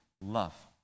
love